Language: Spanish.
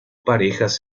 parejas